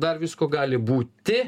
dar visko gali būti